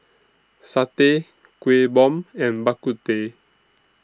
Satay Kuih Bom and Bak Kut Teh